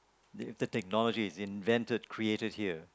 the technology is invented created here